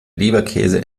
leberkäse